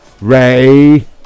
Ray